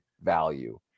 value